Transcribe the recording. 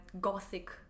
gothic